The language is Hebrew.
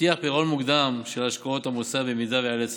והבטיח פירעון מוקדם של השקעות המוסד במידה שיעלה צורך.